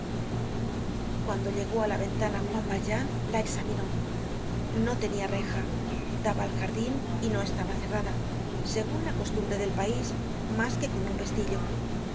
cuando llegó á la ventana juan valjean la examinó no tenia reja daba al jardin y no estaba cerrada segun la costumbre del pais mas que con un pestillo